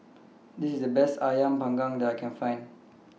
This IS The Best Ayam Panggang that I Can Find